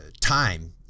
time